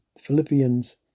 Philippians